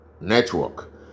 Network